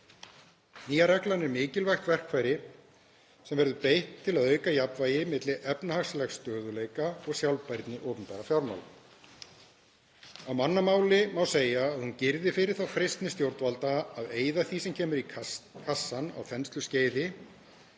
Nýja reglan er mikilvægt verkfæri sem verður beitt til að auka jafnvægi milli efnahagslegs stöðugleika og sjálfbærni opinberra fjármála. Á mannamáli má segja að hún girði fyrir þá freistni stjórnvalda að eyða því sem kemur í kassann á þensluskeiði